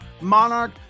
Monarch